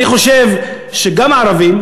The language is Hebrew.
אני חושב שגם הערבים,